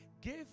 give